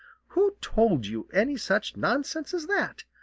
who told you any such nonsense as that?